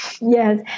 Yes